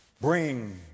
Bring